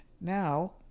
Now